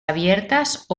abiertas